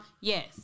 yes